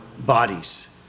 bodies